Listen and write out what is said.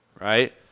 right